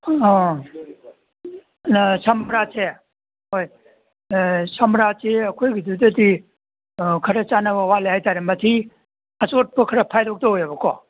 ꯑꯥ ꯁꯝꯔꯥꯠꯁꯦ ꯍꯣꯏ ꯁꯝꯔꯥꯠꯁꯤ ꯑꯩꯈꯣꯏꯒꯤꯗꯨꯗꯗꯤ ꯈꯔ ꯆꯥꯟꯅꯕ ꯋꯥꯠꯂꯦ ꯍꯥꯏꯇꯔꯦ ꯃꯊꯤ ꯑꯆꯣꯠꯄ ꯈꯔ ꯐꯥꯏꯗꯧ ꯇꯧꯋꯦꯕꯀꯣ